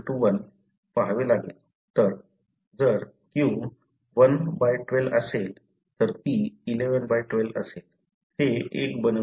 तर जर q 1 by 12 112 असेल तर p 11 बाय 12 असेल 1112 ते 1 बनवण्यासाठी